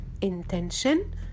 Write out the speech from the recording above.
intention